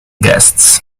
guests